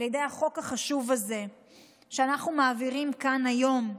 על ידי החוק החשוב הזה שאנחנו מעבירים כאן היום,